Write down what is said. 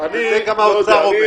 זה גם האוצר אומר.